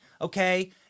okay